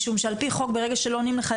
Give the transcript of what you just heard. משום שעל פי חוק ברגע שלא עונים לך,